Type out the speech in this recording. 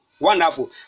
Wonderful